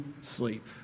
sleep